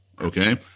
Okay